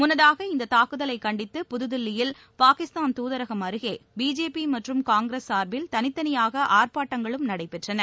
முன்னதாக இந்தத் தாக்குதலைக் கண்டித்து புதுதில்லியில் பாகிஸ்தான் துதரகம் அருகே பிஜேபி மற்றும் காங்கிரஸ் சார்பில் தனித்தனியாக ஆர்ப்பாட்டங்களும் நடைபெற்றன